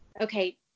okay